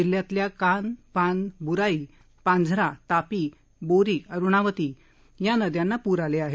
जिल्ह्यातल्या कान पान व्राई पांझरा तापी बोरी अरुणावती या नद्यांना पूर आले आहेत